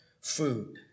food